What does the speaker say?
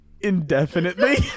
Indefinitely